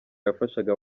yafashaga